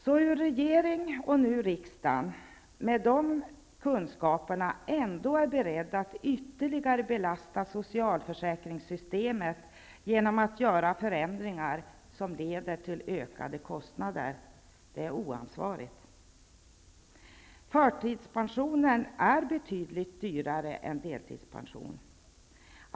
Att regeringen och nu riksdagen med dessa kunskaper genom att vilja genomföra förändringar som leder till ökade kostnader ändå är beredda att ytterligare belasta socialförsäkringssystemet är oansvarigt. Förtidspension är betydligt dyrare än deltidspension.